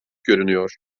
görünüyor